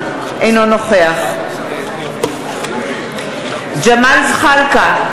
אינו נוכח ג'מאל זחאלקה,